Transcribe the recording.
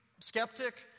skeptic